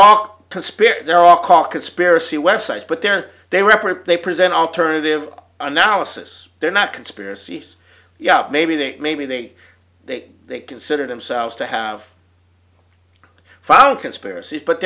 conspiracy they're all call conspiracy websites but they're they represent they present alternative analysis they're not conspiracies yeah maybe they maybe they they they consider themselves to have found conspiracies but